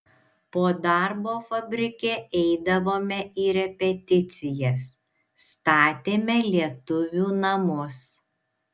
po darbo fabrike eidavome į repeticijas statėme lietuvių namus